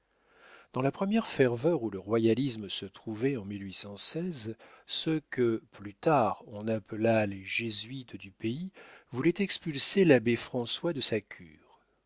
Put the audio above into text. dans la première ferveur où le royalisme se trouvait en ce que plus tard on appela les jésuites du pays voulaient expulser l'abbé françois de sa cure